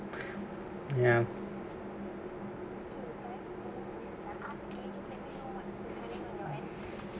ya